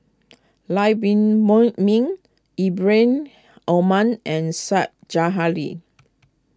Lam Pin Moy Min Ibrahim Omar and Said Zahari